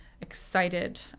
excited